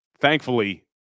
thankfully